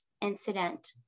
incident